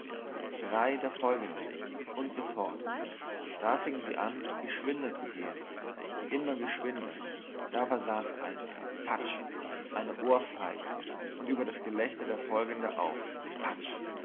drei der folgende und so fort dann fing sie an geschwinder zu gehen immer geschwinder da versah's einer patsch eine ohrfeige und über das gelächter der folgende auch patsch